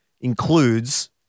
includes